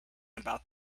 about